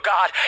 God